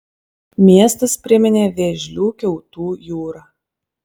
miestas priminė vėžlių kiautų jūrą